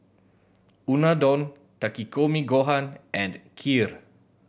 Unadon Takikomi Gohan and Kheer